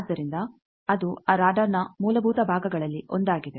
ಆದ್ದರಿಂದ ಅದು ಆ ರಾಡರ್ನ ಮೂಲಭೂತ ಭಾಗಗಳಲ್ಲಿ ಒಂದಾಗಿದೆ